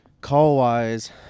call-wise